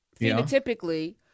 Phenotypically